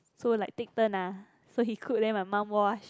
so like take turn ah so he cook then my mum wash